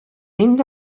инде